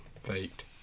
faked